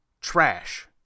trash